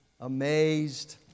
amazed